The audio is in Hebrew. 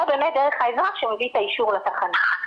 או באמת דרך האזרח שמביא את האישור לתחנה.